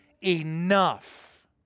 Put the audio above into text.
enough